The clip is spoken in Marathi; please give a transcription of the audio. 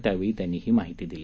यावेळी त्यांनी ही माहिती दिली